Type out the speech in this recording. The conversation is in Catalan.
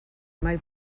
mai